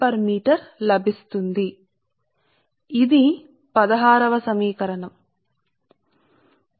కాబట్టి ఇది సమీకరణం 16